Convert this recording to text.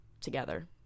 together